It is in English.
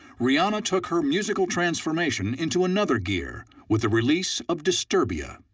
rihanna took her musical transformation into another gear with the release of disturbia.